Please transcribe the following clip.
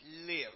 live